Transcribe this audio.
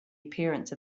appearance